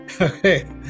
Okay